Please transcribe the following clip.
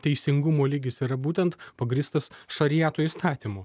teisingumo lygis yra būtent pagrįstas šariato įstatymu